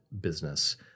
business